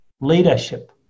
leadership